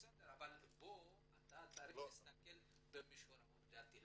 בסדר, תסתכל במישור העובדתי.